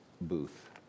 booth